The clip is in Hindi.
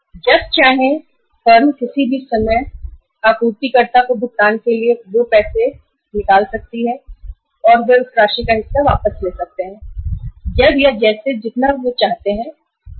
फर्म को जब भी किसी आपूर्ति कर्ता को भुगतान करना होगा बैंक से उस राशि का एक भाग निकाल सकते हैं जैसे जब और जितना चाहे और शेष राशि बची रहेगी